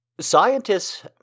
Scientists